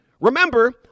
Remember